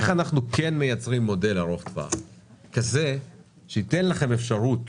איך אנחנו כן מייצרים מודל ארוך טווח כזה שייתן לכם אפשרות